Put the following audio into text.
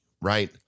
right